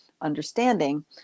understanding